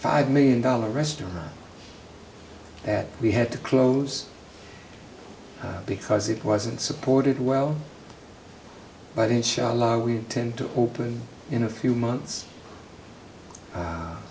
five million dollar restaurant that we had to close because it wasn't supported well by they shall we tend to open in a few months